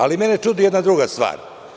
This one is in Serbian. Ali, mene čudi jedna druga stvar.